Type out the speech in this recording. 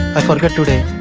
i forgot today.